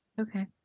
Okay